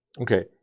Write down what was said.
Okay